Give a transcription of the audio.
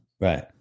Right